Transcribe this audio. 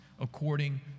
according